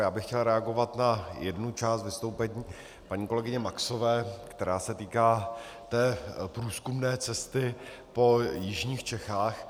Já bych chtěl reagovat na jednu část vystoupení paní kolegyně Maxové, která se týká té průzkumné cesty po jižních Čechách.